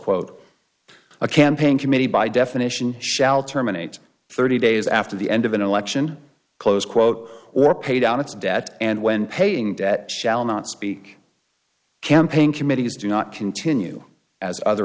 quote a campaign committee by definition shall terminate thirty days after the end of an election close quote or pay down its debt and when paying debts shall not speak campaign committees do not continue as other